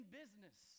business